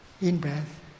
in-breath